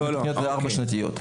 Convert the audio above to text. חלק מהתוכניות הן ארבע-שנתיות.